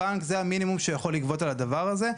הבנק, זה המינימום שהוא יכול לגבות על הדבר הזה.